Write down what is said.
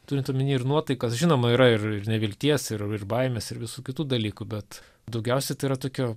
turint omeny ir nuotaikas žinoma yra ir ir nevilties ir baimės ir visų kitų dalykų bet daugiausia tai yra tokio